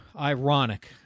ironic